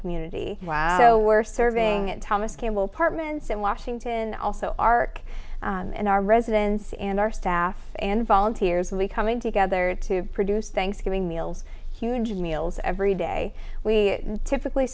community wow so we're serving thomas kimball partment and washington also ark and our residents and our staff and volunteers really coming together to produce thanksgiving meals huge meals every day we typically